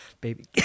baby